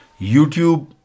youtube